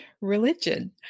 religion